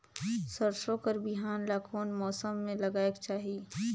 सरसो कर बिहान ला कोन मौसम मे लगायेक चाही?